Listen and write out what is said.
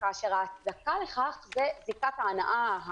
כאשר ההצדקה לכך היא זיקת ההנאה,